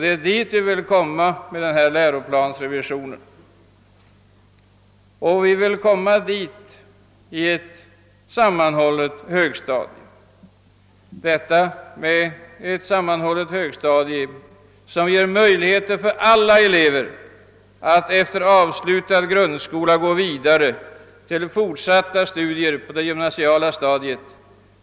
Det är det vi vill uppnå med denna läroplansrevision, och vi vill åstadkomma det i ett sammanhållet högstadium, som ger alla elever möjligheter att efter avslutad grundskola gå vidare till fortsatta studier på det gymnasiala stadiet.